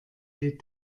lädt